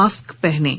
mask पहनें